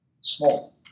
small